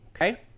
okay